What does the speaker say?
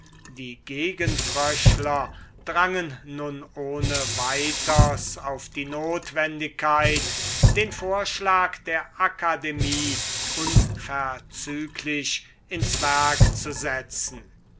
die gegenfröschler drangen nun ohne weiters auf die notwendigkeit den vorschlag der akademie unverzüglich ins werk zu setzen